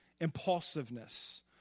impulsiveness